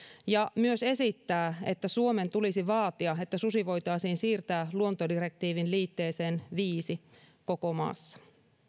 ja esittää myös että suomen tulisi vaatia että susi voitaisiin siirtää luontodirektiivin liitteeseen viisi koko maassa